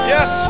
Yes